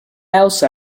also